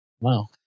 Wow